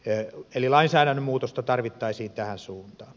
eli lainsäädännön muutosta tarvittaisiin tähän suuntaan